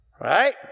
right